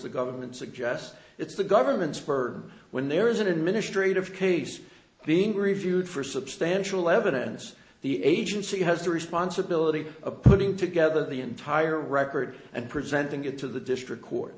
the government suggests it's the government's power when there is an administrative case being reviewed for substantial evidence the agency has the responsibility of putting together the entire record and presenting it to the district court